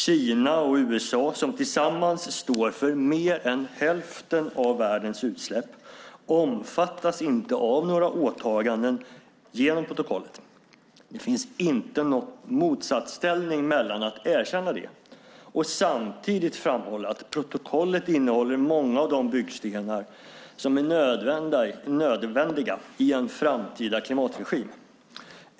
Kina och USA, som tillsammans står för mer än hälften av världens utsläpp, omfattas inte av några åtaganden genom protokollet. Det finns inte någon motsatsställning mellan att erkänna det och samtidigt framhålla att protokollet innehåller många av de byggstenar som är nödvändiga i en framtida klimatregim.